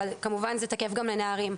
אבל כמובן זה תקף גם לנערים.